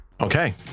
Okay